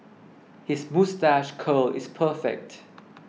his moustache curl is perfect